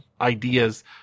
ideas